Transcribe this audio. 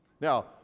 Now